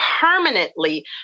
permanently